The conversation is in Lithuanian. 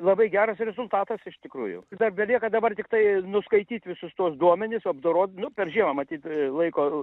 labai geras rezultatas iš tikrųjų dar belieka dabar tiktai nuskaityt visus tuos duomenis apdorot nu per žiemą matyt laiko